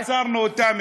עצרנו אותם,